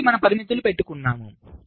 మనకి మనం పరిమితులు పెట్టుకున్నాము